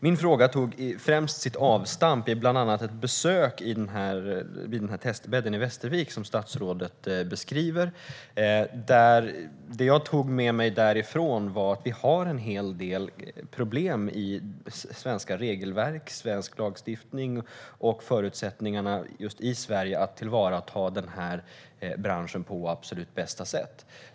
Min fråga tog främst sitt avstamp i ett besök vid testbädden i Västervik som statsrådet beskriver. Det jag tog med mig därifrån var att vi har en hel del problem i svenska regelverk och svensk lagstiftning och i förutsättningarna i Sverige att tillvarata den här branschen på absolut bästa sätt.